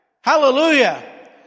Hallelujah